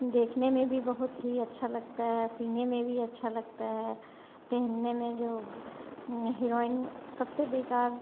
देखने में भी बहुत ही अच्छा लगता है सीने में भी अच्छा लगता है पहनने में जो ग हेरोइन सबसे बेकार